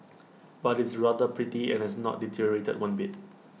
but it's rather pretty and has not deteriorated one bit